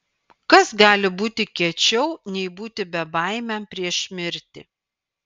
kas gali būti kiečiau nei būti bebaimiam prieš mirtį